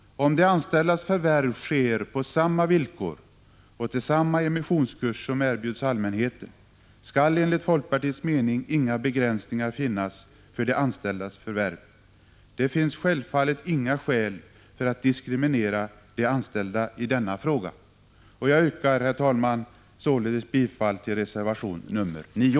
Om de anställdas förvärv sker på samma villkor och till samma emissionskurs som erbjuds allmänheten, skall enligt folkpartiets mening inga begränsningar finnas för de anställdas förvärv. Det finns självfallet inga skäl för att diskriminera de anställda i denna fråga. Jag yrkar, herr talman, således bifall till reservation nr 9.